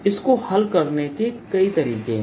इस को हल करने के कई तरीके हैं